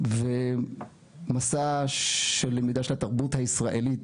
למידה ומסע של למידה של התרבות הישראלית